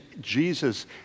Jesus